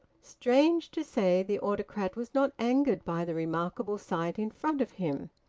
strange to say, the autocrat was not angered by the remarkable sight in front of him.